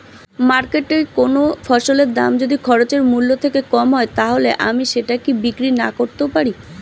মার্কেটৈ কোন ফসলের দাম যদি খরচ মূল্য থেকে কম হয় তাহলে আমি সেটা কি বিক্রি নাকরতেও পারি?